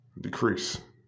decrease